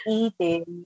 eating